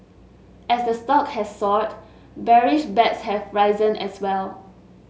as the stock has soared bearish bets have risen as well